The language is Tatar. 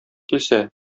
килсә